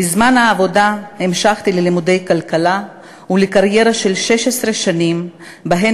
בזמן העבודה המשכתי ללימודי כלכלה ולקריירה של 16 שנים שבהן